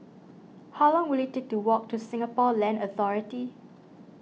how long will it take to walk to Singapore Land Authority